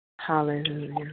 Hallelujah